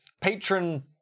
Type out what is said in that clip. patron